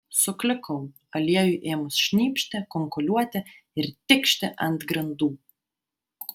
suklikau aliejui ėmus šnypšti kunkuliuoti ir tikšti ant grindų